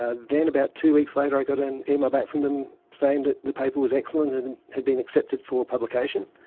ah then about two weeks later i got an email back from them saying that the paper was excellent and had been accepted for publication.